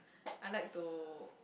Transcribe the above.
I like to